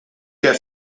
què